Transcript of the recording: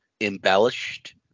embellished